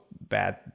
bad